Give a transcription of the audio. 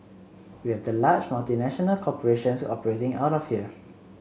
we have the large multinational corporations operating out of here